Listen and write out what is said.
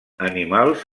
animals